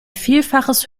vielfaches